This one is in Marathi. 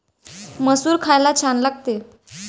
मसूर खायला छान लागते